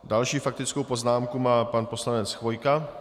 Další faktickou poznámku má pan poslanec Chvojka.